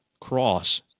cross